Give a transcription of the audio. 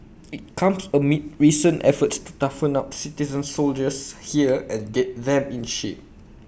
IT comes amid recent efforts to toughen up citizen soldiers here and get them in shape